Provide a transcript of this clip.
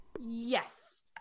Yes